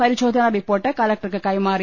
പരിശോധനാ റിപ്പോർട്ട് കലക്ടർക്ക് കൈമാറി